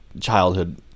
childhood